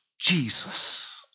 Jesus